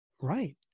right